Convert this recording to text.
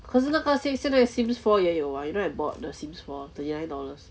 可是那个 sims 现在 sims four 也有 ah you know I bought the sims four thirty nine dollars